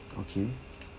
okay